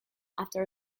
after